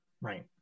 right